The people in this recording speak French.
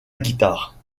guitare